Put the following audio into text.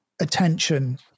attention